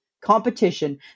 competition